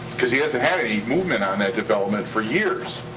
cause he hasn't had any movement on that development for years.